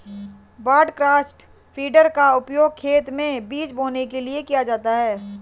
broadcast feeder का उपयोग खेत में बीज बोने के लिए किया जाता है